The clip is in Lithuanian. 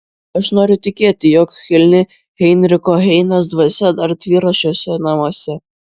aš noriu tikėti jog kilni heinricho heinės dvasia dar tvyro šiuose namuose